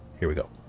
here we go.